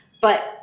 But-